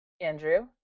Andrew